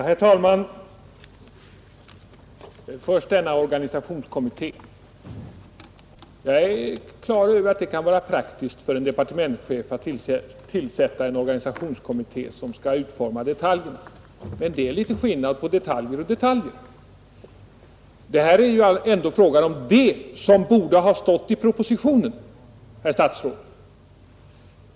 Herr talman! Först denna organisationskommitté! Jag är klar över att det kan vara praktiskt för en departementschef att tillsätta en organisationskommitté som skall utforma detaljerna, men det är skillnad på detaljer och detaljer. Här är det ändå fråga om det som borde ha stått i propositionen, herr statsråd.